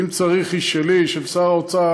אם צריך, היא שלי, של שר האוצר.